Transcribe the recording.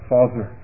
Father